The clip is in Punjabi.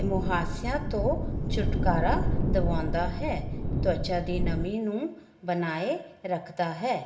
ਮੁਹਾਸਿਆਂ ਤੋਂ ਛੁਟਕਾਰਾ ਦਿਵਾਉਂਦਾ ਹੈ ਤਵੱਚਾ ਦੀ ਨਮੀ ਨੂੰ ਬਣਾਏ ਰੱਖਦਾ ਹੈ